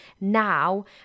now